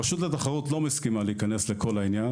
רשות התחרות לא מסכימה להיכנס לכל העניין